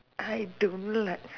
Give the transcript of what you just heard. I don't like